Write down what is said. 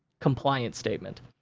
compliance statement.